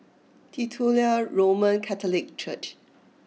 Titular Roman Catholic Church